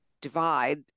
divide